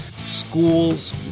schools